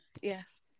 Yes